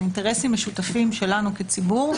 אלה אינטרסים משותפים שלנו כציבור.